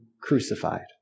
crucified